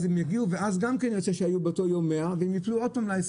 אז הם יגיעו ואז גם כן יוצא שהיו באותו יום 100 והם יפלו יום ל-20